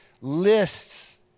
lists